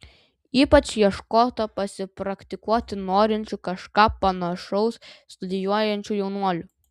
ypač ieškota pasipraktikuoti norinčių kažką panašaus studijuojančių jaunuolių